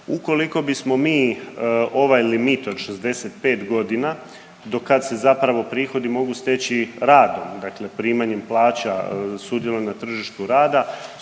Ukoliko bismo mi ovaj limit od 65.g. do kad se zapravo prihodi mogu steći radom, dakle primanjem plaća, sudjelovanjem na tržištu rada,